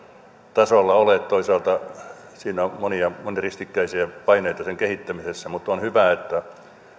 tasolla ole toisaalta sen kehittämisessä on monia monia ristikkäisiä paineita mutta on hyvä että